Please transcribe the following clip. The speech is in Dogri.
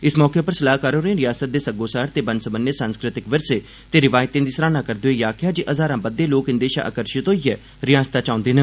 इस मौके उप्पर सलाहकार होरें रिआसत दे सग्गोसार ते बन्न सबन्ने सांस्कृतिक विरसे ते रिवायतें दी सराहना करदे होई आखेआ जे हजारां बद्धे लोक इंदे शा आकर्षित होइयै रिआसत च औंदे न